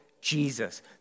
Jesus